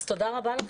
אז תודה רבה לכם.